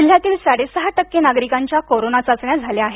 जिल्ह्यातील साडेसहा टक्के नागरिकांच्या कोरोना चाचण्या झाल्या आहेत